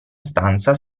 stanza